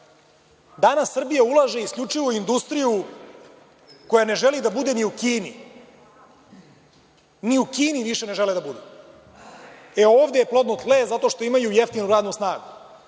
danas Srbija ulaže isključivo u industriju koja ne želi da bude ni u Kini. Ni u Kini više ne žele da budu. E, ovde je plodno tle zato što imaju jeftinu radnu snagu.